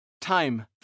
Time